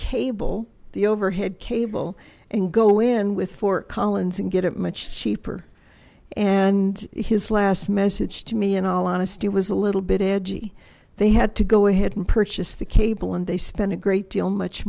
cable the overhead cable and go in with fort collins and get it much cheaper and his last message to me in all honesty was a little bit edgy they had to go ahead and purchase the cable and they spent a great deal much